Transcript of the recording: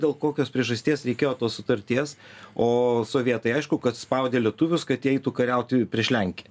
dėl kokios priežasties reikėjo tos sutarties o sovietai aišku kad spaudė lietuvius kad eitų kariauti prieš lenkiją